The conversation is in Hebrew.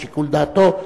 לשיקול דעתו,